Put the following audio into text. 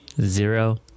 Zero